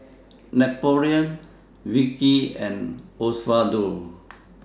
Napoleon Vicki and Osvaldo